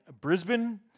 Brisbane